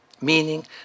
meaning